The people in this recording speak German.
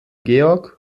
georg